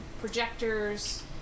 projectors